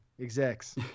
execs